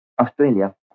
Australia